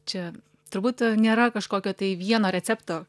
čia turbūt nėra kažkokio tai vieno recepto